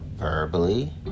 Verbally